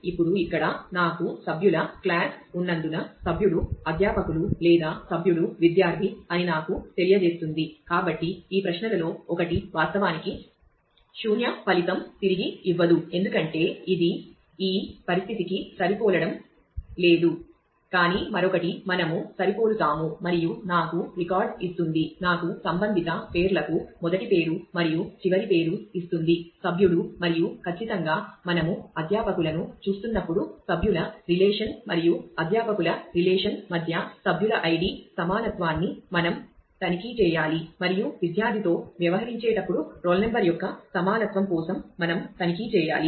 ఇప్పుడు ఇక్కడ నాకు సభ్యుల క్లాస్ మధ్య సభ్యుల ఐడి సమానత్వాన్ని మనం తనిఖీ చేయాలి మరియు విద్యార్థితో వ్యవహరించేటప్పుడు రోల్ నెంబర్ యొక్క సమానత్వం కోసం మనం తనిఖీ చేయాలి